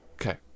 Okay